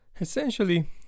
Essentially